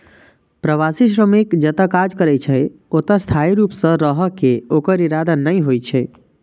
प्रवासी श्रमिक जतय काज करै छै, ओतय स्थायी रूप सं रहै के ओकर इरादा नै होइ छै